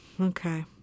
okay